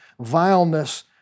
vileness